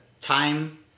time